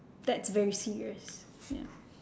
that's very serious ya